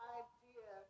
idea